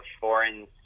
foreign